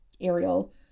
Ariel